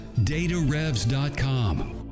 datarevs.com